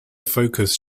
focus